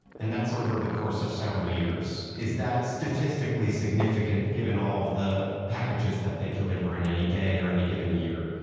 and that's over the course of several years. is that statistically significant given all of the packages that they deliver in any day or any given year?